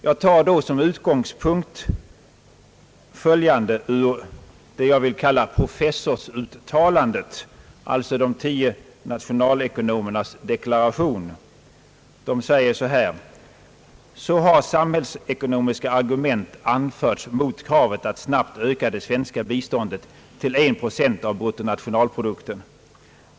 Jag tar då som utgångspunkt följande citat ur »professorsuttalandet», alltså de tio nationalekonomernas deklaration: »Så har samhällsekonomiska argument anförts mot kravet att snabbt öka det svenska biståndet till en procent av bruttonationalprodukten.